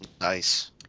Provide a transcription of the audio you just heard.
Nice